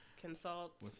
Consult